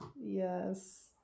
Yes